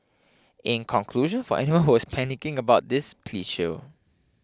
in conclusion for anyone who was panicking about this please chill